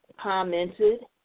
commented